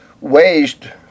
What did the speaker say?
waged